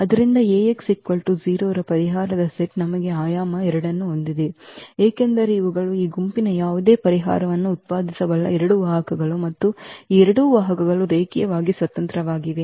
ರ ಪರಿಹಾರದ ಸೆಟ್ ನಮಗೆ ಆಯಾಮ 2 ಅನ್ನು ಹೊಂದಿದೆ ಏಕೆಂದರೆ ಇವುಗಳು ಈ ಗುಂಪಿನ ಯಾವುದೇ ಪರಿಹಾರವನ್ನು ಉತ್ಪಾದಿಸಬಲ್ಲ ಎರಡು ವಾಹಕಗಳು ಮತ್ತು ಈ ಎರಡು ವಾಹಕಗಳು ರೇಖೀಯವಾಗಿ ಸ್ವತಂತ್ರವಾಗಿವೆ